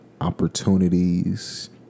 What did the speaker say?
opportunities